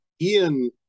Ian